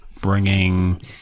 bringing